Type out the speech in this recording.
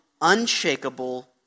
unshakable